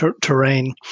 terrain